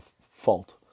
fault